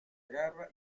agarra